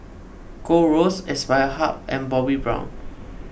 Gold Roast Aspire Hub and Bobbi Brown